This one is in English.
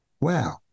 Wow